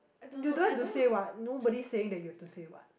you don't have to say what nobody saying that you have to say what